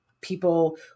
people